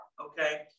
Okay